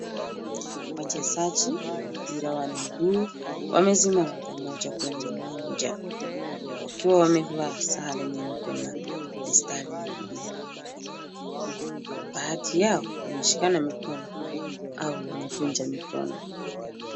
Wachezaji wa mpira wa miguu wamesimama pamoja kwenye uwanja wakiwa wamevaa sare nyeupe na mistari nyekundu. Baadhi yao wameshikana mikono au wamekunja mikono.